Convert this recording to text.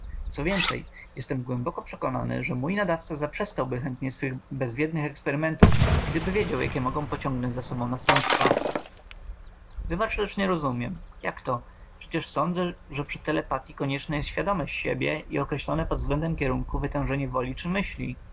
co więcej jestem głęboko przekonany że mój nadawca zaprzestałby chętnie swych bezwiednych eksperymentów gdyby wiedział jakie mogą pociągnąć za sobą następstwa wybacz lecz nie rozumiem jakto przecież sądzę że przy telepatyi koniecznem jest świadome siebie i określone pod względem kierunku wytężenie woli czy myśli